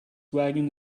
wagon